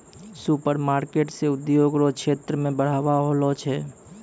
supermarket से उद्योग रो क्षेत्र मे बढ़ाबा होलो छै